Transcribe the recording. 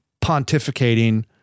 pontificating